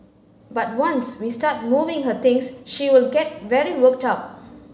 but once we start moving her things she will get very worked up